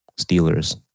Steelers